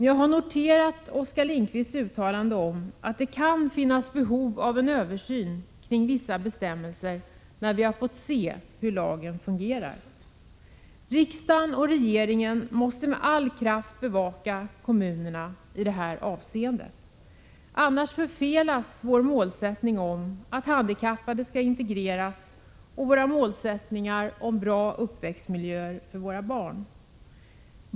Jag har noterat Oskar Lindkvists uttalande att det kan finnas behov av en översyn av vissa bestämmelser när vi har sett hur lagen fungerar. Riksdagen och regeringen måste med all kraft bevaka kommunerna i detta avseende. Annars förfelas vår målsättning att handikappade skall integreras och vår målsättning att skapa bra uppväxtmiljöer för våra barn.